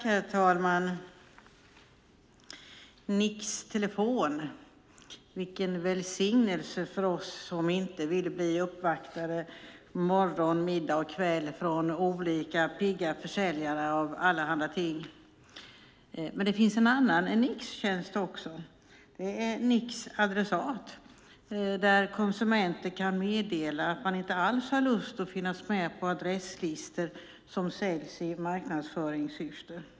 Herr talman! Nix-telefon - vilken välsignelse för oss som inte vill bli uppvaktade morgon, middag och kväll från olika pigga försäljare av allehanda ting! Det finns en annan nixtjänst, nämligen Nix-adressat, där konsumenter kan meddela att man inte vill finnas med på adresslistor som säljs i marknadsföringssyfte.